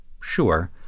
sure